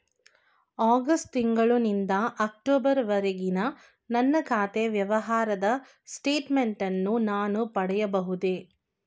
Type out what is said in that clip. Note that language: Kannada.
ಆಗಸ್ಟ್ ತಿಂಗಳು ನಿಂದ ಅಕ್ಟೋಬರ್ ವರೆಗಿನ ನನ್ನ ಖಾತೆ ವ್ಯವಹಾರದ ಸ್ಟೇಟ್ಮೆಂಟನ್ನು ನಾನು ಪಡೆಯಬಹುದೇ?